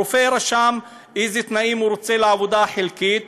הרופא רשם באילו תנאים העבודה החלקית,